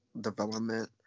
development